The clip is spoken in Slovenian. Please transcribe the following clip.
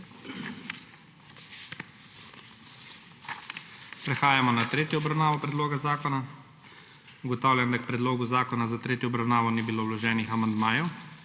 Prehajamo na **tretjo obravnavo** predloga zakona. Ugotavljam, da k predlogu zakona za tretjo obravnavo ni bilo vloženih amandmajev.